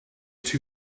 two